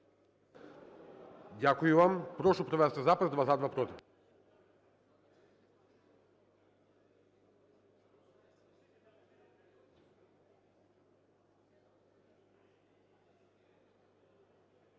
Дякую вам. Прошу провести запис: два – за, два – проти.